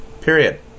period